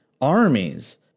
armies